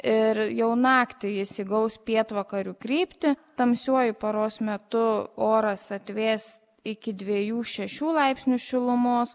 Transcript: ir jau naktį jis įgaus pietvakarių kryptį tamsiuoju paros metu oras atvės iki dviejų šešių laipsnių šilumos